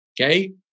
Okay